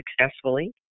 successfully